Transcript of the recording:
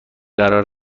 قرار